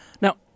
Now